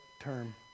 term